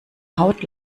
haut